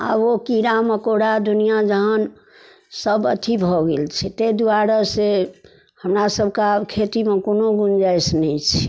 आब ओ कीड़ा मकोड़ा दुनिआँ जहान सब अथी भऽ गेल छै ताहि दुआरे से हमरा सबके आब खेतीमे कोनो गुंजाइश नहि छै